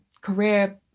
career